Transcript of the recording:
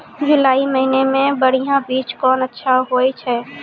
जुलाई महीने मे बढ़िया बीज कौन अच्छा होय छै?